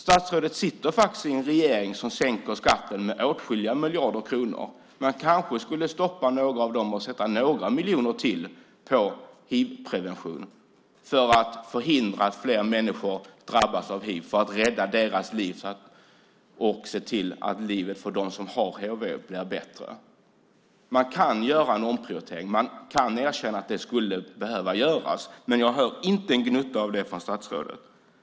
Statsrådet sitter faktiskt i en regering som sänker skatten med åtskilliga miljarder kronor. Man kanske skulle stoppa några av sänkningarna och avsätta ytterligare några miljoner till hivprevention för att förhindra att fler människor drabbas av hiv, för att rädda deras liv och för att se till att de som har hiv blir bättre. Man kan göra en omprioritering. Man kan erkänna att det skulle behöva göras. Men jag hör inte en gnutta av det från statsrådet.